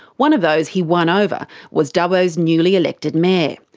one of those he won over was dubbo's newly elected mayor,